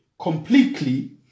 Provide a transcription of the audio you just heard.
completely